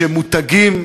שמותגים,